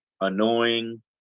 annoying